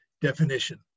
definition